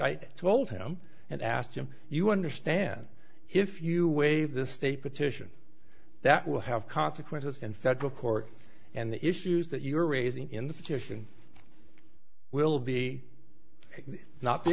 i told him and asked him you understand if you waive the state petition that will have consequences in federal court and the issues that you're raising in the situation will be not